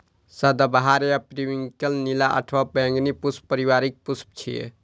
सदाबहार या पेरिविंकल नीला अथवा बैंगनी पुष्प परिवारक पुष्प छियै